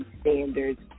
standards